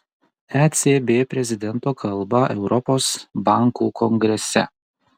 ecb prezidento kalbą europos bankų kongrese